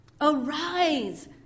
Arise